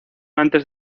antes